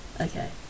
Okay